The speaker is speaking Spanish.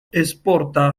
exporta